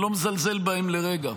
אני לא מזלזל בהם לרגע.